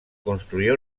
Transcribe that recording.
construir